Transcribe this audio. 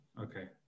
Okay